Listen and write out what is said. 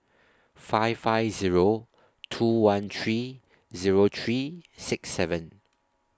five five Zero two one three Zero three six seven